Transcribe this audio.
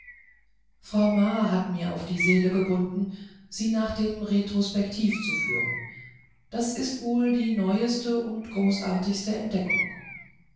frau ma hat mir auf die seele gebunden sie nach dem retrospektiv zu führen das ist wohl die neueste und großartigste entdeckung